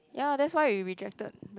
ya that's why we rejected